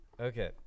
okay